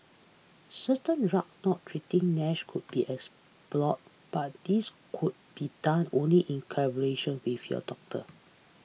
certain drug not treating Nash could be explore but this could be done only in collaboration with your doctor